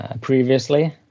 previously